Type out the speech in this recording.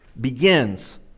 begins